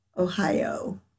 Ohio